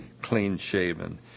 clean-shaven